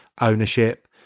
ownership